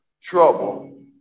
trouble